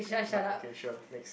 but ok sure next